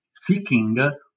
seeking